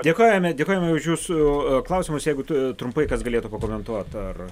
dėkojame dėkojame už jūsų klausimus jeigu tu trumpai kas galėtų pakomentuot ar